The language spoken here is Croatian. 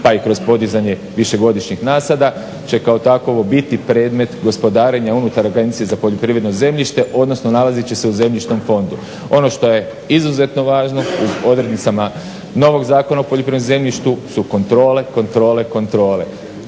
pa i kroz podizanje višegodišnjih nasada će kao takovo biti predmet gospodarenja unutar Agencije za poljoprivredno zemljište odnosno nalazit će se u zemljišnom fondu. Ono što je izuzetno važno u odrednicama novog zakona o poljoprivrednom zemljištu su kontrole, kontrole, kontrole.